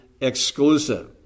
exclusive